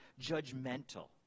judgmental